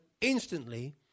instantly